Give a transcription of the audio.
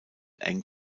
eng